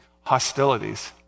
hostilities